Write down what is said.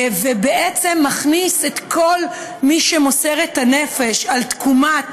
ובעצם מכניס את כל מי שמוסר את הנפש על תקומת